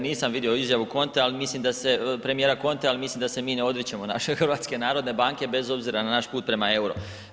Nisam vidio izjavu Contea, ali mislim da se, premijera Contea, ali mislim da se mi ne odričemo naše HNB-a bez obzira na naš put prema EUR-o.